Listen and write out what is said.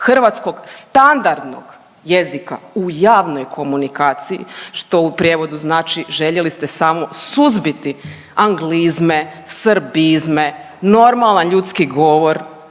hrvatskog standardnog jezika u javnoj komunikaciji, što u prijevodu znači željeli ste samo suzbiti anglizme, srbizme, normalan ljudski govor,